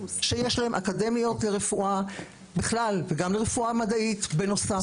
שיש להן אקדמיות רפואה בכלל וגם לרפואה מדעית בנוסף.